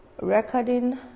recording